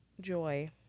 joy